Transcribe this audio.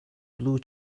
blue